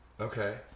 okay